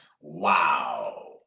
wow